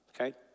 okay